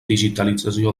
digitalització